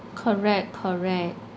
correct correct